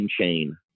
Chain